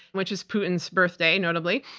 which is putin's birthday, notably,